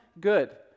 good